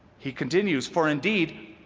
he continues, for indeed,